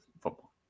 football